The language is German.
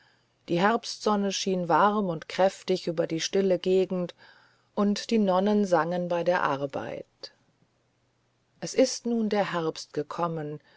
die herbstsonne schien warm und kräftig über die stille gegend und die nonnen sangen bei der arbeit es ist nun der herbst gekommen